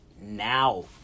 now